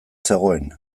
zegoen